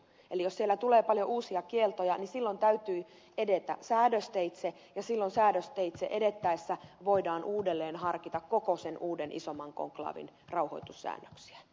eli jos siellä tulee paljon uusia kieltoja niin silloin täytyy edetä säädösteitse ja silloin säädösteitse edettäessä voidaan uudelleen harkita koko sen uuden isomman konklaavin rauhoitussäännöksiä